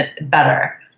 better